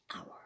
hour